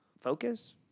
Focus